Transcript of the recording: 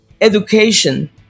education